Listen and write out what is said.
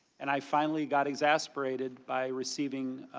and i finally got exasperated by receiving